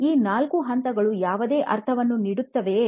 ಈ ನಾಲ್ಕು ಹಂತಗಳು ಯಾವುದೇ ಅರ್ಥವನ್ನು ನೀಡುತ್ತವೇಯೇ